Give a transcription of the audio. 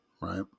right